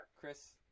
Chris